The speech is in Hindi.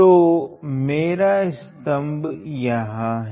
तो मेरा स्तम्भ यहाँ है